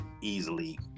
easily